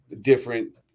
different